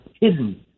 hidden